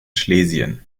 schlesien